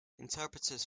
interpreters